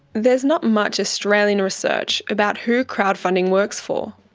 there's not much australian research about who crowdfunding works for,